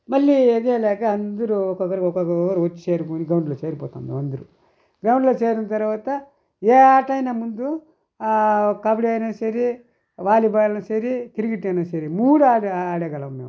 మళ్ళీ అదేలాగా అందరూ ఒక్కొక్కరు ఒక్కొక్కరు వచ్చి చేరుకొని గ్రౌండ్లో చేరిపోతాము అందరం గ్రౌండ్లో చేరిన తర్వాత ఏ ఆటైనా ముందు కబడి అయినా సరే వాలిబాల్ అన్న సరి క్రికెట్ అయినా సరే మూడు ఆటలు ఆడగలము మేము